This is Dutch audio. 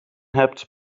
hebt